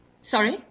Sorry